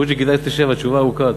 בוז'י, כדאי שתשב, התשובה ארוכה.